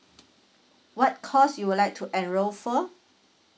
what course you would like to enroll for